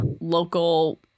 local